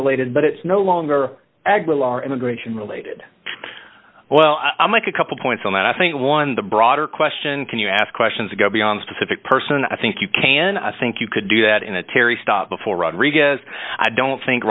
related but it's no longer aguilar immigration related well i make a couple points on that i think one the broader question can you ask questions that go beyond specific person i think you can i think you could do that in a terry stop before rodriguez i don't think